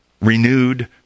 renewed